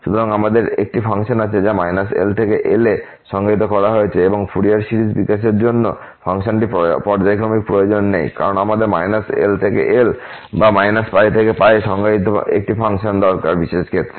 সুতরাং আমাদের একটি ফাংশন আছে যা l l এ সংজ্ঞায়িত করা হয়েছে এবং ফুরিয়ার সিরিজ বিকাশের জন্য ফাংশনটির পর্যায়ক্রমিক প্রয়োজন নেই কারণ আমাদের l l বা π π এ সংজ্ঞায়িত একটি ফাংশন দরকার বিশেষ ক্ষেত্রে